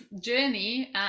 journey